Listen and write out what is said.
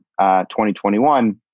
2021